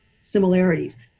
similarities